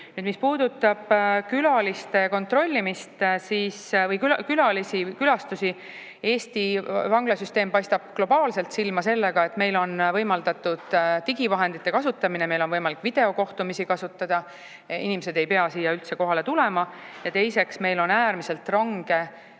Nüüd, mis puudutab külaliste kontrollimist ja külastusi, siis Eesti vanglasüsteem paistab globaalselt silma sellega, et meil on võimaldatud digivahendite kasutamine, meil on võimalik videokohtumisi kasutada, inimesed ei pea siia üldse kohale tulema. Teiseks, meil on äärmiselt range